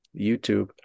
YouTube